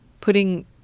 putting